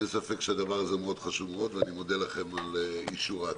אין ספק שהדבר הזה חשוב מאוד ואני מודה לכם על אישור ההצעה.